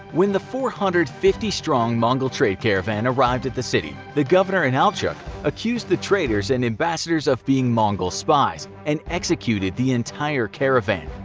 when the four hundred and fifty strong mongol trade caravan arrived at the city, the governor, inalchuq, accused the traders and ambassadors of being mongol spies, and executed the entire caravan.